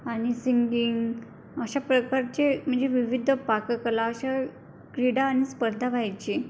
आणि सिंगिंग अशा प्रकारचे म्हणजे विविध पाककला अशा क्रीडा आणि स्पर्धा व्हायचे